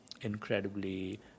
incredibly